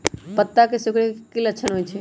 पत्ता के सिकुड़े के की लक्षण होइ छइ?